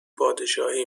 پادشاهی